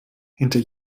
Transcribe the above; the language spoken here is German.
hinter